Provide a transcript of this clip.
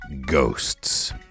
Ghosts